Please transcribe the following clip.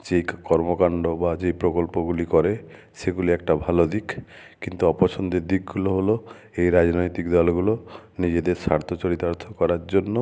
check কর্মকান্ড বা যে প্রকল্পগুলি করে সেগুলি একটা ভালো দিক কিন্তু অপছন্দের দিকগুলো হলো এই রাজনৈতিক দলগুলো নিজেদের স্বার্থ চরিতার্থ করার জন্য